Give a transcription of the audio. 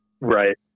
Right